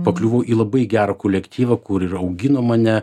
pakliuvau į labai gerą kolektyvą kur ir augino mane